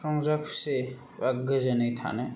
रंजा खुसियै बा गोजोनै थानो